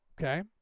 Okay